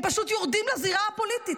הם פשוט יורדים לזירה הפוליטית.